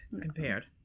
compared